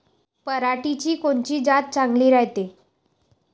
पऱ्हाटीची कोनची जात चांगली रायते?